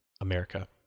America